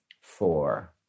four